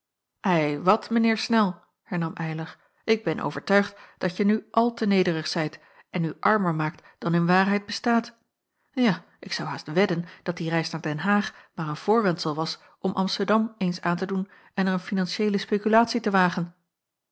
ei wat mijn heer snel hernam eylar ik ben overtuigd dat je nu al te nederig zijt en u armer maakt dan in waarheid bestaat ja ik zou haast wedden dat die reis naar den haag maar een voorwendsel was om amsterdam eens aan te doen en er een finantiëele spekulatie te wagen